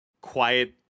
quiet